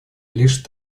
лишь